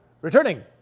returning